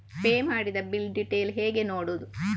Pay ಮಾಡಿದ bill detail ಹೇಗೆ ನೋಡುವುದು?